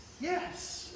Yes